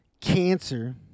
Cancer